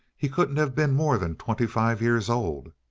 he couldn't have been more than twenty five years old.